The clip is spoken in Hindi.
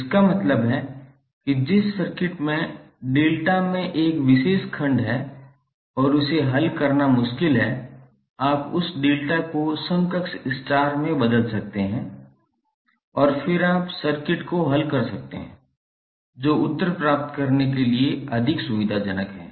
इसका मतलब है कि जिस सर्किट में डेल्टा में 1 विशेष खंड है और इसे हल करना मुश्किल है आप उस डेल्टा को समकक्ष स्टार में बदल सकते हैं और फिर आप सर्किट को हल कर सकता है जो उत्तर प्राप्त करने के लिए अधिक सुविधाजनक है